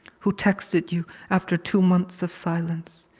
who texted you after two months of silence,